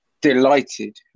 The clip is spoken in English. delighted